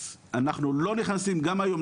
אז אנחנו לא נכנסים גם היום,